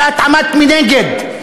ואת עמדת מנגד,